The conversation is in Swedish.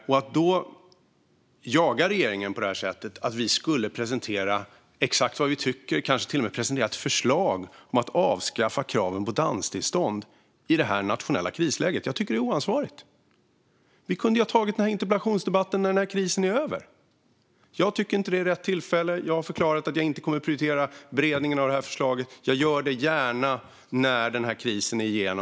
Att då, i det här nationella krisläget, på det här sättet jaga regeringen för att vi ska presentera exakt vad vi tycker, kanske till och med presentera ett förslag, om att avskaffa kraven på danstillstånd, tycker jag är oansvarigt. Vi hade kunnat ta den här interpellationsdebatten när krisen är över. Jag tycker inte att det är rätt tillfälle. Jag har förklarat att jag inte kommer att prioritera beredningen av det här förslaget. Jag gör det gärna när vi har kommit igenom den här krisen.